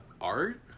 Art